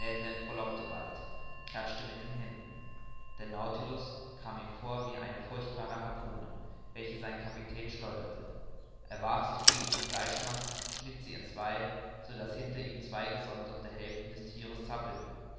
frohlockte bald und klatschte mit den händen der nautilus kam ihm vor wie eine furchtbare harpune welche sein kapitän schleuderte er warf sich gegen die fleischmassen und schnitt sie entzwei so daß hinter ihm zwei gesonderte hälften des thieres zappelten